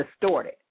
distorted